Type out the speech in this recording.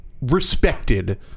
respected